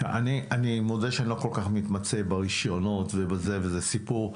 אני מודה שאני לא כל כך מתמצה ברישיונות ובזה וזה סיפור,